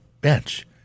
bench